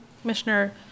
Commissioner